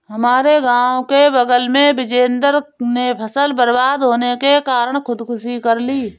हमारे गांव के बगल में बिजेंदर ने फसल बर्बाद होने के कारण खुदकुशी कर ली